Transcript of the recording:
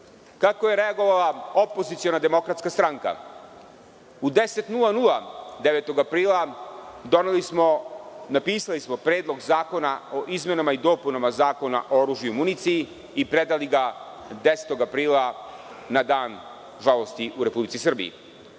je reagovala opoziciona demokratska stranka? U 10,00 časova, 9. aprila, doneli smo, napisali smo Predlog zakona o izmenama i dopunama Zakona o oružju i municiji i predali ga 10. aprila na dan žalosti u Republici Srbiji. Ovaj